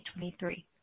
2023